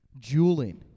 Jeweling